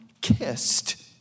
kissed